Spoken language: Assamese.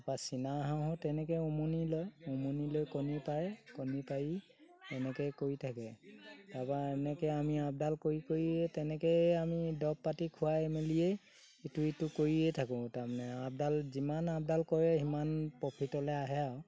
তাৰপৰা চীনা হাঁহো তেনেকৈ উমনি লয় উমনি লৈ কণী পাৰে কণী পাৰি এনেকৈ কৰি থাকে তাৰপৰা এনেকৈ আমি আপডাল কৰি কৰিয়ে তেনেকৈয়ে আমি দৰৱ পাতি খুৱাই মেলিয়েই ইটো সিটো কৰিয়েই থাকোঁ তাৰমানে আপডাল যিমান আপডাল কৰে সিমান প্ৰফিটলৈ আহে আৰু